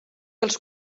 els